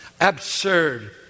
Absurd